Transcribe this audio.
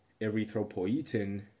erythropoietin